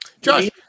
Josh